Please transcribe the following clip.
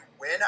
win